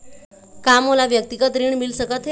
का मोला व्यक्तिगत ऋण मिल सकत हे?